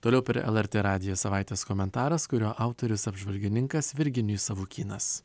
toliau per lrt radiją savaitės komentaras kurio autorius apžvalgininkas virginijus savukynas